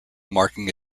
marking